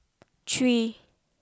three